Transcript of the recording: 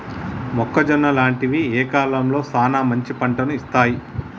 మొక్కజొన్న లాంటివి ఏ కాలంలో సానా మంచి పంటను ఇత్తయ్?